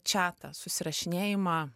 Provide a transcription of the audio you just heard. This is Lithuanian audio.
čiatą susirašinėjimą